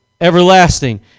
everlasting